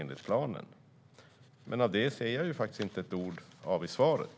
Men om detta hörde jag faktiskt inte ett ord i svaret.